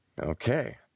Okay